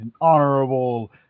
honorable